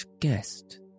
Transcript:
guest